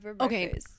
okay